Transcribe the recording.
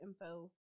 info